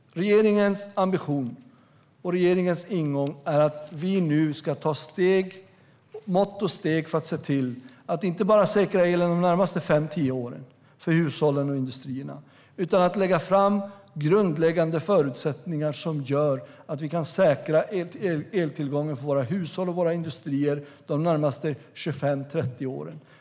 Regeringens ambition och regeringens ingång är att vi nu ska vidta mått och steg för att inte bara säkra elen under de närmaste fem eller tio åren för hushåll och industrier utan också lägga fram grundläggande förutsättningar som gör att vi kan säkra eltillgången för våra hushåll och industrier de närmaste 25-30 åren.